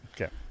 Okay